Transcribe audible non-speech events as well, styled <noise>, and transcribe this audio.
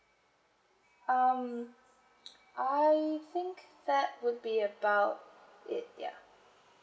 um <noise> I think that would be about it ya